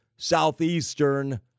southeastern